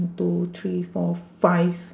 two three four five